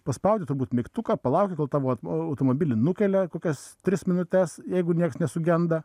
paspaudi turbūt mygtuką palauki kol tavo automobilį nukelia kokias tris minutes jeigu nieks nesugenda